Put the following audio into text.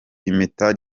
impeta